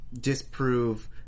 disprove